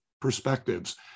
perspectives